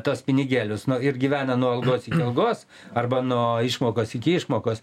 tuos pinigėlius nu ir gyvena nuo algos iki algos arba nuo išmokos iki išmokos